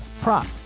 prop